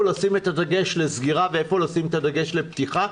לשים את הדגש לסגירה ואיפה לשים את הדגש לפתיחה.